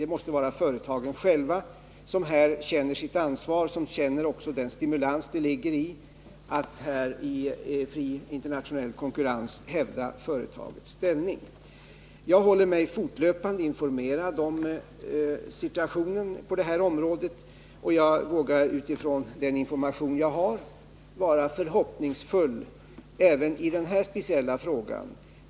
Det måste vara företagen själva som skall ta ansvar och känna den stimulans som ligger i uppgiften att i en fri internationell konkurrens hävda sin ställning. Jag håller mig fortlöpande informerad om situationen på det här området, och jag vågar på grundval av den information jag har vara förhoppningsfull även i denna speciella fråga.